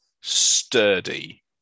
sturdy